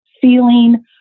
feeling